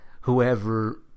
whoever